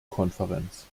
konferenz